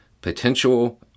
Potential